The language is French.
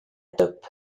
top